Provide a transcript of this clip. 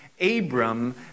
Abram